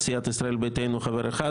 מסיעת ישראל ביתנו חבר אחד,